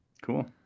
cool